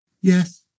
Yes